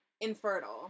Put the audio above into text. infertile